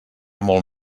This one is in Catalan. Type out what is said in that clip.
molt